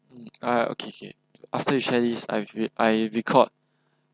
mm uh okay okay after you shared this I've re~ I've recalled